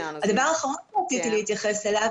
הדבר האחרון שרציתי להתייחס אליו,